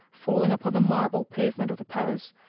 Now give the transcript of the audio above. falling upon the marble pavement of the palace,